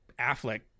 Affleck